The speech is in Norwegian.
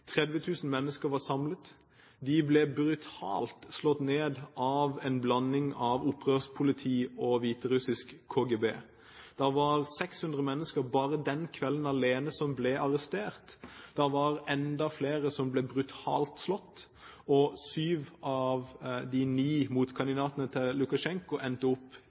mennesker var samlet. De ble brutalt slått ned av en blanding av opprørspoliti og hviterussisk KGB. Det var 600 mennesker som ble arrestert bare den kvelden alene. Det var enda flere som ble brutalt slått, og syv av de ni motkandidatene til Lukasjenko endte opp